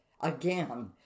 again